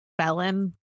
felon